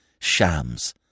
shams